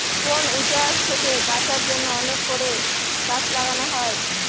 বন উজাড় থেকে বাঁচার জন্য অনেক করে গাছ লাগানো উচিত